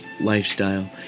lifestyle